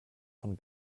von